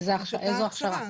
איזו הכשרה?